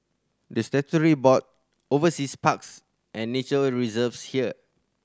the statutory board oversees parks and nature reserves here